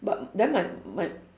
but then my my